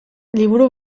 liburu